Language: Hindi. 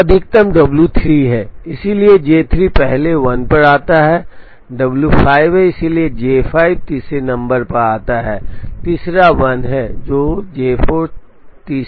तो अधिकतम W3 है इसलिए J3 पहले 1 पर आता है W5 है इसलिए J5 तीसरे नंबर पर आता है तीसरा 1 है